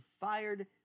fired